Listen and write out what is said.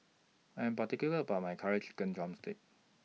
I Am particular about My Curry Chicken Drumstick